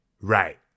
right